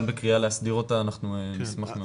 בקריאה להסדיר אותה אנחנו נשמח מאוד.